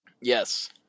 Yes